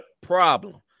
problem